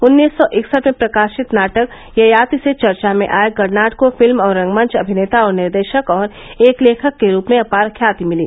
उन्नीस सौ इकसठ में प्रकाशित नाटक ययाति से चर्चा में आए कर्नाड को फिल्म और रंगमंच अभिनेता और निर्देशक और एक लेखक के रूप में अपार ख्याति मिली